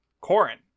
Corin